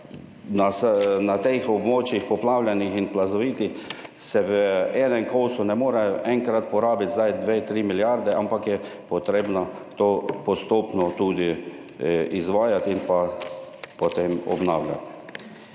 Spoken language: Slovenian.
na teh območjih poplavljenih in plazovitih se v enem kosu ne morejo enkrat porabiti zdaj 2,3 milijarde, ampak je potrebno to postopno tudi izvajati in pa potem obnavljati.